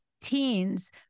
teens